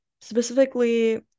specifically